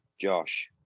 Josh